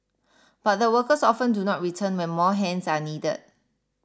but the workers often do not return when more hands are needed